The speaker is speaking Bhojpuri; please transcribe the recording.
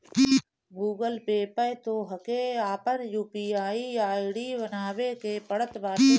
गूगल पे पअ तोहके आपन यू.पी.आई आई.डी बनावे के पड़त बाटे